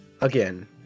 again